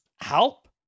help